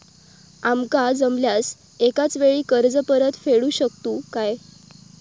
आमका जमल्यास एकाच वेळी कर्ज परत फेडू शकतू काय?